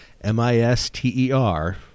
M-I-S-T-E-R